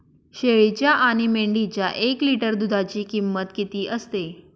शेळीच्या आणि मेंढीच्या एक लिटर दूधाची किंमत किती असते?